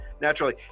naturally